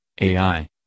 AI